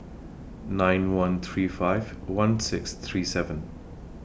nine one three five one six three seven